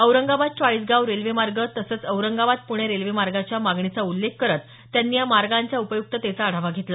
Aurangabad Chalisgaon railway मार्ग तसंच Aurangabad Pune railway मार्गाच्या मागणीचा उल्लेख करत त्यांनी या मार्गांच्या उपयुक्ततेचा आढावा घेतला